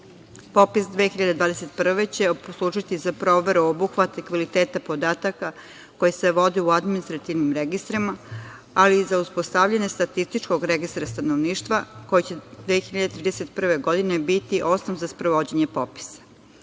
Popis 2021. godine će poslužiti za proveru, obuhvat i kvaliteta podataka koji se vode u administrativnim registrima, ali i za uspostavljanje statističkog registra stanovništva koji će 2031. godine biti osnov za sprovođenje popisa. Ključnu